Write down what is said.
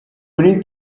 kuri